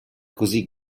così